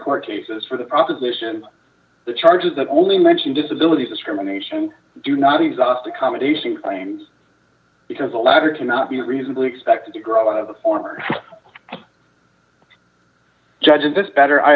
court cases for the prosecution the charges that only mention disability discrimination do not exhaust accommodation claims because the latter cannot be reasonably expected to grow out of the former judge and this better i